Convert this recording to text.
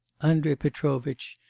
andrei petrovitch,